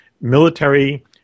military